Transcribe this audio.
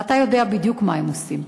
ואתה יודע בדיוק מה הם עושים.